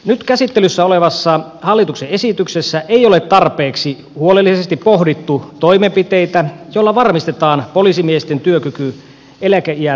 nyt käsittelyssä olevassa hallituksen esityksessä ei ole tarpeeksi huolellisesti pohdittu toimenpiteitä joilla varmistetaan poliisimiesten työkyky eläkeiän noustessa